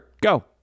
Go